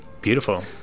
Beautiful